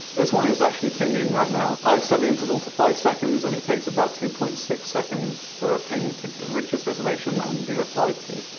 this one is actually pinging right now. i've set the interval to five seconds and it takes about two point six seconds for a ping to reach its destination and be replied to.